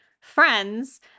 friends